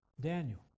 Daniel